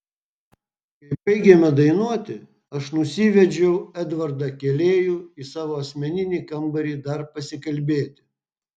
kai baigėme dainuoti aš nusivedžiau edvardą kėlėjų į savo asmeninį kambarį dar pasikalbėti